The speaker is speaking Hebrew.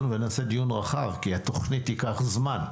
ונעשה דיון רחב כי התוכנית תיקח זמן.